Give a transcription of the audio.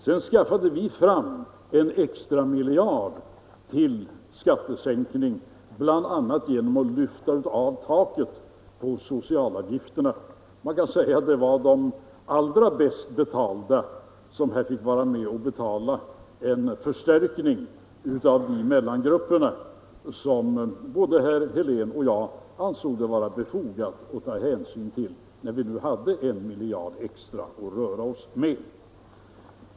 Sedan skaffade vi fram en extra miljard till skattesänkning, bl.a. genom att lyfta av taket på socialavgifterna. Man kan säga att det var de allra bäst betalda som här fick vara med och bekosta en förstärkning för mellangrupperna, som både herr Helén och jag ansåg det vara befogat att ta hänsyn till när vi nu hade en miljard extra att röra oss med.